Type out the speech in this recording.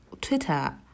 Twitter